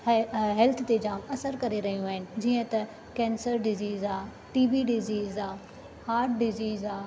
हे health ते जाम असर करे रहियूं आहिनि जीअं त कैंसर डिज़ीज़ आहे टीबी डिज़ीज़ आहे हार्ट डिज़ीज़ आहे